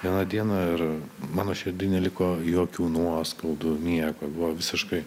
vieną dieną ir mano širdy neliko jokių nuoskaudų nieko buvo visiškai